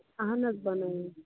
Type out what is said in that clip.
اَہن حظ بنٲوِو